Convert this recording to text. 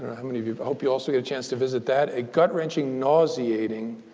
how many of you i hope you also get a chance to visit that a gut wrenching, nauseating,